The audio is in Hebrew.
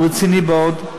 הוא רציני מאוד.